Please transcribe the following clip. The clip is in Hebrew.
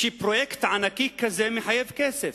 שפרויקט ענק כזה מחייב כסף.